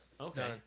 Okay